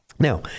Now